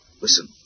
Listen